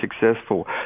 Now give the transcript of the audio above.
successful